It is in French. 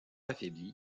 affaibli